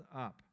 up